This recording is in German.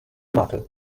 makel